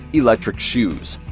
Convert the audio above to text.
electric shoes.